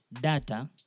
data